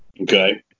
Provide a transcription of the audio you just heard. okay